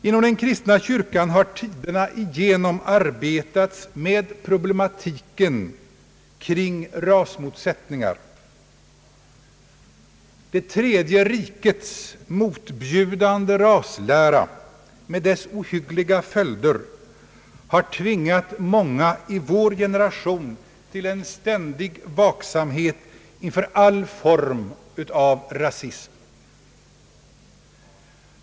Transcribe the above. Inom den kristna kyrkan har tiderna igenom arbetats med problematiken kring rasmotsättningar. Det »tredje rikets» motbjudande raslära med dess ohyggliga följder har tvingat många i vår generation till en ständig vaksamhet inför all form av rasism.